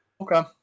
Okay